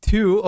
Two